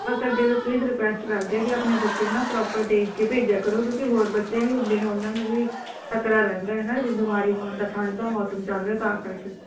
ਬਸ ਅੱਗੇ ਤੋਂ please request ਕਰਦੇ ਹਾਂ ਕਿ ਆਪਣੇ ਬੱਚੇ ਨੂੰ ਨਾ ਪ੍ਰੋਪਰ ਦੇਖ ਕੇ ਭੇਜਿਆ ਕਰੋ ਕਿਉਂਕਿ ਹੋਰ ਬੱਚੇ ਵੀ ਹੁੰਦੇ ਨੇ ਉਹਨਾਂ ਨੂੰ ਵੀ ਖਤਰਾ ਰਹਿੰਦਾ ਹੈ ਨਾ ਬਿਮਾਰੀ ਹੋਣ ਦਾ ਠੰਡ ਦਾ ਮੌਸਮ ਚੱਲ ਰਿਹਾ ਤਾਂ ਕਰਕੇ